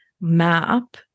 map